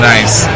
Nice